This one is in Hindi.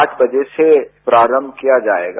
आठ बजे से प्रारंभ किया जाएगा